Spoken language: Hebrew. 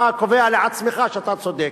אתה קובע לעצמך שאתה צודק,